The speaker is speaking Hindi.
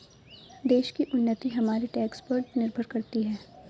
देश की उन्नति हमारे टैक्स देने पर निर्भर करती है